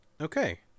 Okay